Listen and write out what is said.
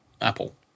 Apple